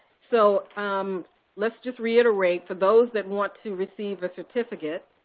so um let's just reiterate, for those that want to receive a certificate,